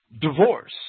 divorce